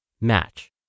match